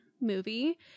movie